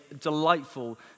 delightful